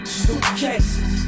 suitcases